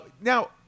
Now